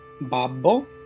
Babbo